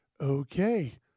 okay